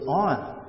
on